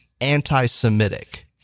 anti-semitic